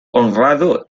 honrado